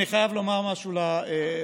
אני חייב לומר משהו לממשלה,